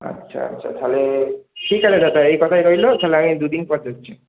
আচ্ছা আচ্ছা তাহলে ঠিক আছে দাদা এই কথাই রইল তাহলে আমি দুদিন পর যাচ্ছি